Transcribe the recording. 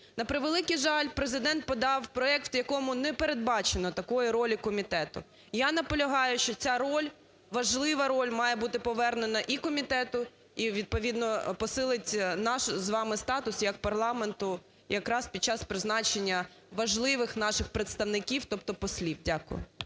На превеликий жаль, Президент подав проект в якому не передбачено такої ролі комітету. Я наполягаю, що ця роль, важлива роль має бути повернена і комітету, і, відповідно, посилить наш з вами статус як парламенту, якраз під час призначення важливих наших представників, тобто послів. Дякую.